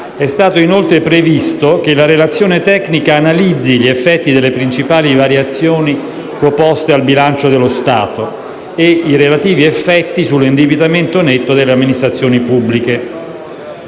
È stato inoltre previsto che la relazione tecnica analizzi gli effetti delle principali variazioni proposte al bilancio dello Stato e i relativi effetti sull'indebitamento netto delle amministrazioni pubbliche.